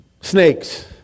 snakes